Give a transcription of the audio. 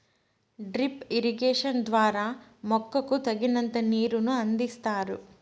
drip irrigation ద్వారా మొక్కకు తగినంత నీరును అందిస్తారు